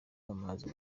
w’amazi